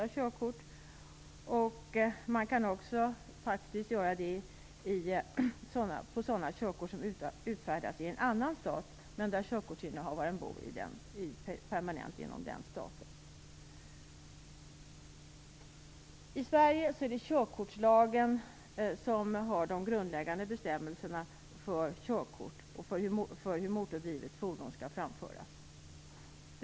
Man kan också införa sådana bestämmelser på körkort som har utfärdats i en annan stat där körkortsinnehavaren bor. I Sverige är det i körkortslagen som de grundläggande bestämmelserna för körkort och för hur motordrivna fordon skall framföras finns.